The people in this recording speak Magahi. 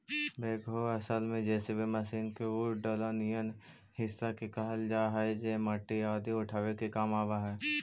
बेक्हो असल में जे.सी.बी मशीन के उ डला निअन हिस्सा के कहल जा हई जे मट्टी आदि उठावे के काम आवऽ हई